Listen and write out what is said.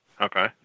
Okay